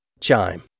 Chime